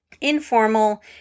Informal